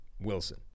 Wilson